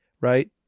right